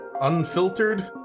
unfiltered